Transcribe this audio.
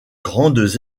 grandes